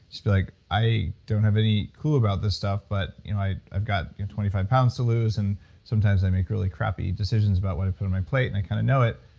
just be like, i don't have any clue about this stuff, but you know i've got twenty five pounds to lose. and sometimes i make really crappy decisions about what i put on my plate, and i kind of know it.